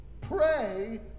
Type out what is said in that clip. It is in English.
Pray